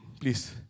please